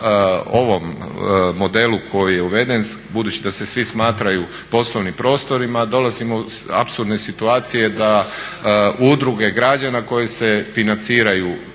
ovom modelu koji je uveden budući da se svi smatraju poslovnim prostorima dolazimo u apsurdne situacije da udruge građana koje se financiraju